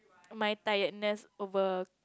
my tiredness over